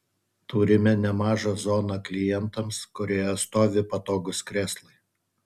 turime nemažą zoną klientams kurioje stovi patogūs krėslai